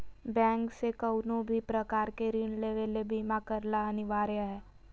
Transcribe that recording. bank से कउनो भी प्रकार के ऋण लेवे ले बीमा करला अनिवार्य हय